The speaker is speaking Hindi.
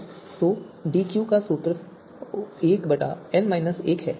तो DQ का सूत्र 1 है